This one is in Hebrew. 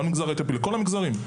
גם למגזר --- לכל המגזרים.